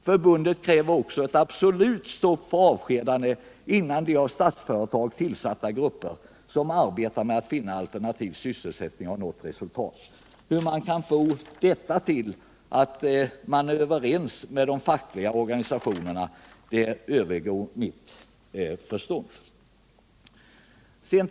Förbundet krävde också”, heter det vidare, ”ett absolut stopp för avskedanden innan de av Statsföretag tillsatta grupper som arbetar med att finna alternativ sysselsättning har nått resultat i sitt arbete.” Hur man kan få detta till att man är överens med de fackliga organisationerna övergår mitt förstånd.